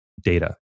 data